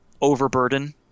Overburden